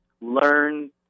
learn